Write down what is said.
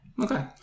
Okay